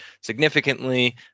significantly